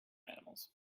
animals